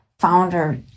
Founder